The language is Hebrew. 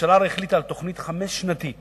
הממשלה הרי החליטה על תוכנית חמש-שנתית